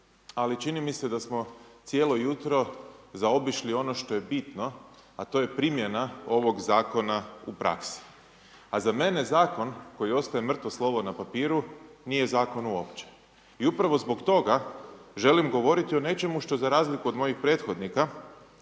ali čini mi se da smo cijelo jutro zaobišli ono što je bitno a to je primjena ovog zakona u praksi a za mene zakon koji ostaje mrtvo slovo na papiru nije zakon uopće i upravo zbog toga želim govoriti o nečemu što za razliku od mojih prethodnika